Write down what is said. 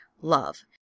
Love